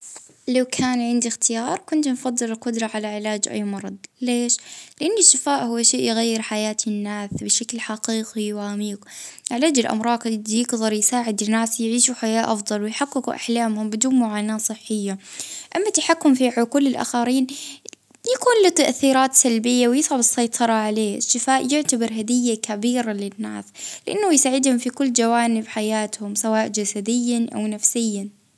أ نفضل أن نتحكم في علاج أمراض لأنها حاجة إنسانية عظيمة.